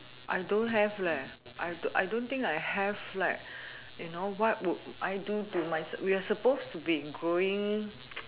I don't have leh I I don't think I have like you know what will I do to myself we are suppose to be growing